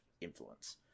influence